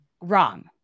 Wrong